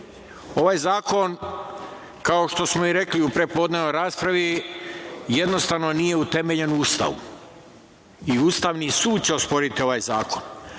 zakon, kao što smo i rekli u prepodnevnoj raspravi, jednostavno, nije utemeljen u Ustavu i Ustavni sud će osporiti ovaj zakon. Mi,